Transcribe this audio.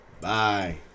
Bye